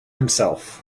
himself